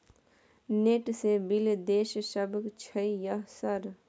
Net से bill देश सक छै यह सर?